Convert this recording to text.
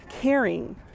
caring